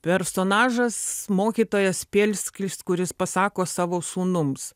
personažas mokytojas spėlskis kuris pasako savo sūnums